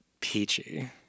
Peachy